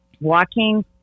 walking